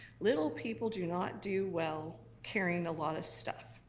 little people do not do well carrying a lot of stuff.